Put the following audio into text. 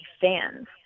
fans